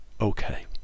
okay